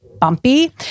bumpy